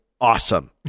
awesome